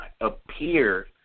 appear